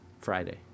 Friday